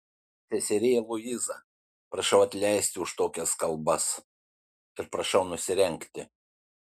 seserie luiza prašau atleisti už tokias kalbas ir prašau nusirengti